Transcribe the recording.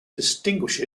distinguish